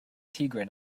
tigra